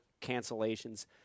cancellations